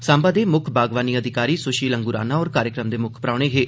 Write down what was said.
सांबा दे मुक्ख बागवानी अधिकारी सुशील अंगुराना होर कार्यक्रम दे मुक्ख परौह्ने हे